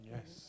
Yes